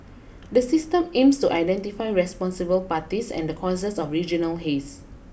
the system aims to identify responsible parties and the causes of regional haze